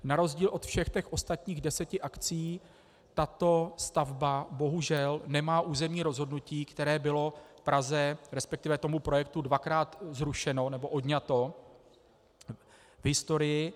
Na rozdíl od všech ostatních deseti akcí tato stavba bohužel nemá územní rozhodnutí, které bylo Praze, resp. tomu projektu dvakrát zrušeno nebo odňato v historii.